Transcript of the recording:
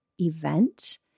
event